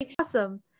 Awesome